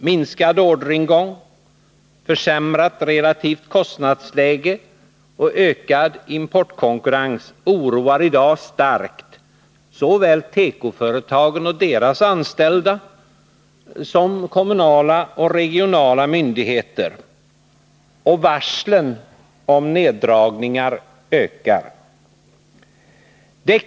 Minskad orderingång, försämrat relativt kostnadsläge och ökad importkon kurrens oroar i dag starkt såväl tekoföretagen och deras anställda som kommunala och regionala myndigheter, och varslen om neddragningar ökar.